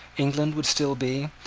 england would still be,